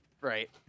Right